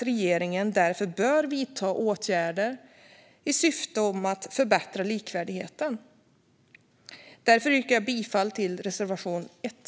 Regeringen bör därför vidta åtgärder i syfte att förbättra likvärdigheten. Därför yrkar jag bifall till reservation 1.